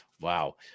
wow